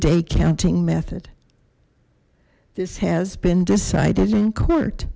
day counting method this has been decided in court